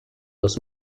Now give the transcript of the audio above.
los